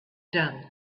done